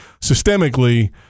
systemically